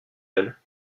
elle